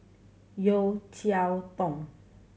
Yeo Cheow Tong